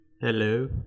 hello